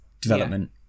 development